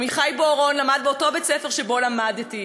אביחי בוארון למד באותו בית-ספר שאני למדתי,